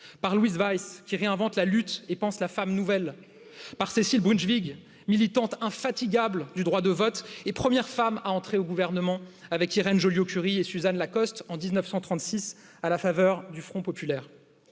par Louise Weiss, qui réinvente la lutte et pense la femme nouvelle par cecil militante infatigable du droit de vote et première femme à entrer au gouvernement avec irène joliot curie et suzanne lacoste en dix neuf cent six à la faveur du front populaire